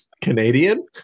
Canadian